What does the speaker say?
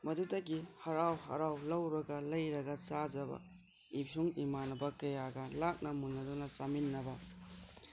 ꯃꯗꯨꯗꯒꯤ ꯍꯔꯥꯎ ꯍꯔꯥꯎ ꯂꯧꯔꯒ ꯂꯩꯔꯒ ꯆꯥꯖꯕ ꯏꯁꯨꯡ ꯏꯃꯥꯟꯅꯕ ꯀꯌꯥꯒ ꯂꯥꯛꯅ ꯃꯨꯟꯅꯗꯨꯅ ꯆꯥꯃꯤꯟꯅꯕ